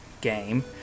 game